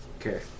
Okay